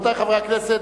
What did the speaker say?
רבותי חברי הכנסת,